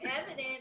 evident